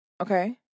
Okay